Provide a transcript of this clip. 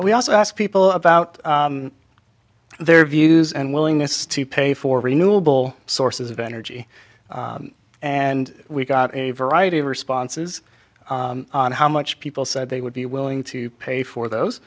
we also asked people about their views and willingness to pay for renewable sources of energy and we got a variety of responses on how much people said they would be willing to pay for those